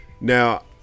Now